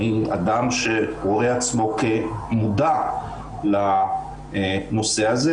אני אדם שרואה את עצמו כמודע לנושא הזה.